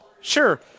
sure